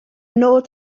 nod